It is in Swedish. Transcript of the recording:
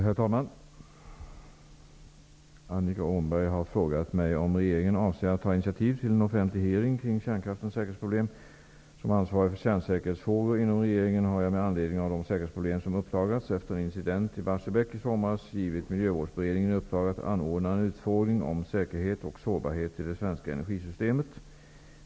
Herr talman! Annika Åhnberg har frågat mig om regeringen avser att ta initiativ till en offentlig hearing kring kärnkraftens säkerhetsproblem. Som ansvarig för kärnsäkerhetsfrågor inom regeringen har jag med anledning av de säkerhetsproblem som uppdagats efter en incident i Barsebäck i somras givit Miljövårdsberedningen i uppdrag att anordna en utfrågning om säkerheten och sårbarheten i det svenska energisystemet.